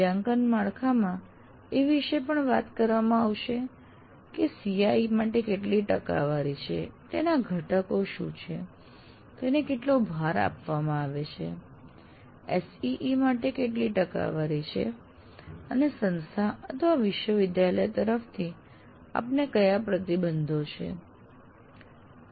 મૂલ્યાંકન માળખામાં એ વિષે પણ વાત કરવામાં આવશે કે CIE માટે કેટલી ટકાવારી છે તેના ઘટકો શું છે તેને કેટલો ભાર આપવામાં આવે છે SEE માટે કેટલી ટકાવારી છે અને સંસ્થા અથવા વિશ્વવિદ્યાલય તરફથી આપને કયા પ્રતિબંધો છે